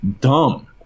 dumb